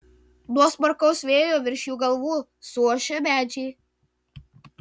nuo smarkaus vėjo virš jų galvų suošia medžiai